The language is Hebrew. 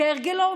כהרגלו,